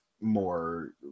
more